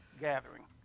gathering